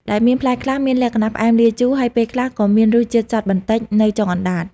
ដែលមានផ្លែខ្លះ មានលក្ខណៈផ្អែមលាយជូរ ហើយពេលខ្លះក៏មានរសជាតិចត់បន្តិចនៅចុងអណ្តាត ។